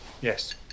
yes